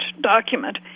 document